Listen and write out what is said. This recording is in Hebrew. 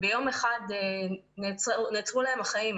שביום אחד נעצרו להם החיים.